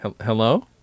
Hello